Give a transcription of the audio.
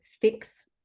fix